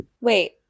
wait